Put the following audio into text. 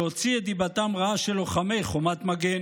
שהוציא את דיבתם רעה של לוחמי חומת מגן,